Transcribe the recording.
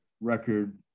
record